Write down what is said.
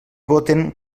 voten